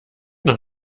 noch